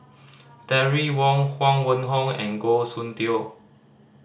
Terry Wong Huang Wenhong and Goh Soon Tioe